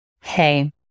Hey